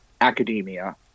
academia